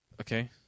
Okay